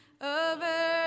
over